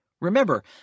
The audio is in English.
Remember